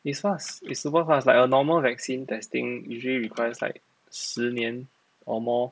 it's fast it's super fast like a normal vaccine testing usually requires like 十年 or more